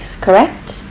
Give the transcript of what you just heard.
correct